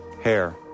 Hair